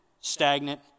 stagnant